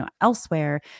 elsewhere